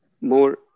more